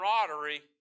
camaraderie